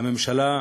הממשלה,